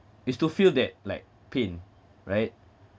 is to feel that like pain right